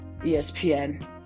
ESPN